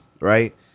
right